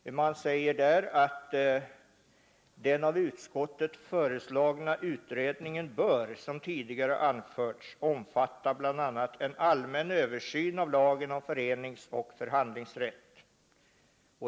Utskottet skrev där: ”Den av utskottet föreslagna utredningen bör, som tidigare anförts, omfatta bl.a. en allmän översyn av lagen om föreningsoch förhandlingsrätt.